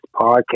podcast